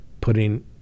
putting